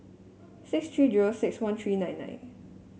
six three zero six one three nine nine